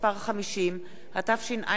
התשע"ב 2012,